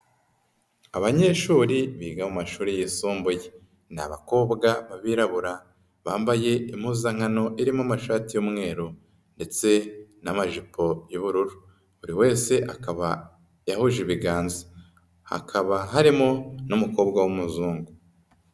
Abanyeshuri biga mu mashuri yisumbuye, ni abakobwa b'abirabura bambaye impuzankano irimo amashati y'umweru ndetse n'amajipo y'ubururu, buri wese akaba yahuje ibiganza, hakaba harimo n'umukobwa w'umuzungu.